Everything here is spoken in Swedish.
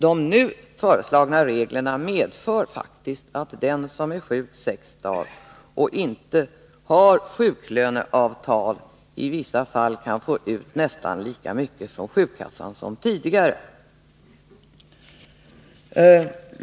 De nu föreslagna reglerna medför faktiskt att den som är sjuk sex dagar och inte har sjuklöneavtal i vissa fall kan få ut nästan lika mycket från sjukkassan som tidigare.